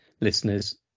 listeners